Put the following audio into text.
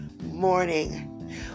morning